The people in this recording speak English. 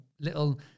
little